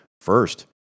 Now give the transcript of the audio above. First